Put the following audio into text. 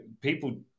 people